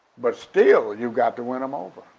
but still you got to win them over,